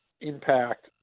impact